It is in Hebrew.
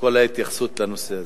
כל ההתייחסות לנושא הזה.